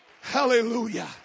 Hallelujah